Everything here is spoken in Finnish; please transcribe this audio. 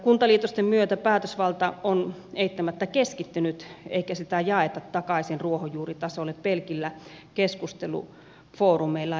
kuntaliitosten myötä päätösvalta on eittämättä keskittynyt eikä sitä jaeta takaisin ruohonjuuritasolle pelkillä keskustelufoorumeilla